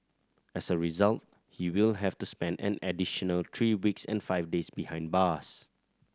as a result he will have to spend an additional three weeks and five days behind bars